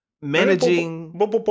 managing